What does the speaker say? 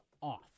off